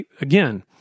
Again